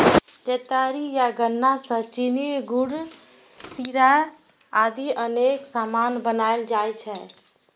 केतारी या गन्ना सं चीनी, गुड़, शीरा आदि अनेक सामान बनाएल जाइ छै